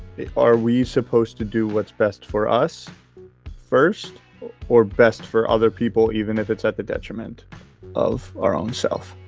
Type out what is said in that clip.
are we supposed to do what's best for us first or best for other people even if it's at the detriment of our own self?